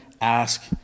ask